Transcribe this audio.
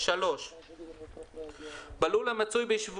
יחד עם זאת אנחנו נתקלים שוב ושוב